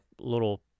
little